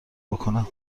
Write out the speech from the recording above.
بکنم